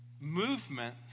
movement